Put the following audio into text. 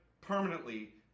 permanently